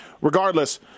regardless